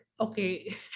Okay